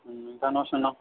नोंथांनाव सोंनां